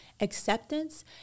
Acceptance